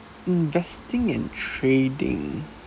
investing and trading